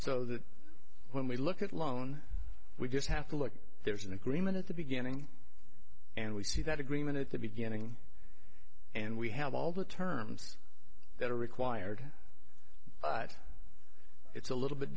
so that when we look at loan we just have to look there's an agreement at the beginning and we see that agreement at the beginning and we have all the terms that are required but it's a little bit